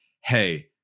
hey